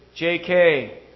JK